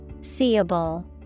Seeable